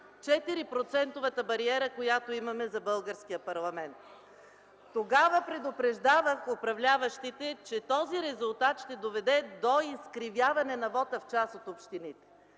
бариера, която имаме за българския парламент. Тогава предупреждавах управляващите, че този резултат ще доведе до изкривяване на вота в част от общините.